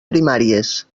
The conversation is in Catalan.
primàries